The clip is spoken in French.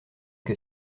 que